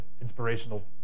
inspirational